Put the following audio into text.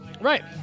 right